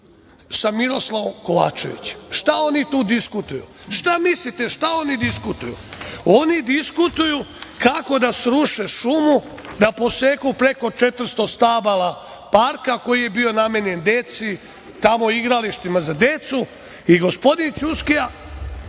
sa Miroslavom Kovačevićem. Šta oni tu diskutuju? Šta mislite šta oni diskutuju? Oni diskutuju kako da sruše šumu, da poseku preko 400 stabala parka koji je bio namenjen deci, tamo igralištima za decu i gospodin Ćuskija,